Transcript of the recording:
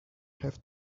have